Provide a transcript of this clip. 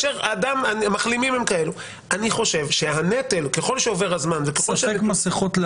אני חושב שהנטל ככל שעובר הזמן --- להקל במסכות,